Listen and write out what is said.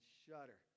shudder